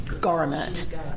garment